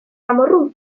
amorru